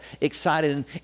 excited